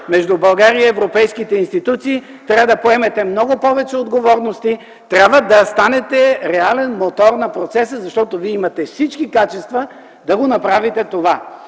между България и европейските институции, трябва да поемете много повече отговорности, трябва да станете реален мотор на процеса, защото Вие имате всички качества да направите това,